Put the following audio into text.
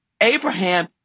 Abraham